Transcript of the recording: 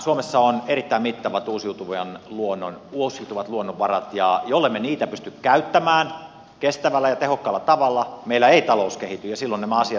suomessa on erittäin mittavat uusiutuvat luonnonvarat ja jollemme niitä pysty käyttämään kestävällä ja tehokkaalla tavalla meillä ei talous kehity ja silloin nämä asiat eivät lyö kättä